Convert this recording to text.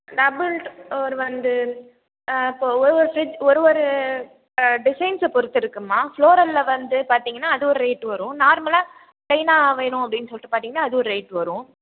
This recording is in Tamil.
டபுள் டோர் வந்து இப்போது ஒவ்வொரு ஃப்ரிட்ஜ் ஒரு ஒரு ஆ டிசைன்ஸை பொறுத்து இருக்குதும்மா ஃப்ளோரலில் வந்து பார்த்தீங்கன்னா அது ஒரு ரேட் வரும் நார்மலாக ப்ளைனாக வேணும் அப்படின்னு சொல்லிகிட்டு பார்த்தீங்கன்னா அது ஒரு ரேட் வரும்